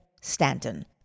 Stanton